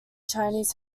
chinese